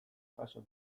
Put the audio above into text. jaso